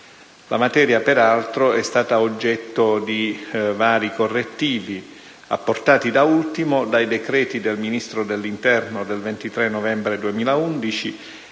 La materia, peraltro, è stata oggetto di vari correttivi, apportati da ultimo dai decreti del Ministro dell'interno del 23 novembre 2011